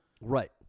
Right